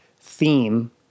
theme